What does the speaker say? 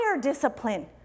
discipline